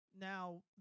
Now